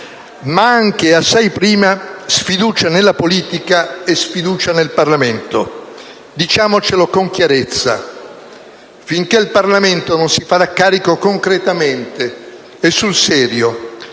ma anche, e assai prima, sfiducia nella politica e sfiducia nel Parlamento. Diciamocelo con chiarezza. Finché il Parlamento non si farà carico concretamente e sul serio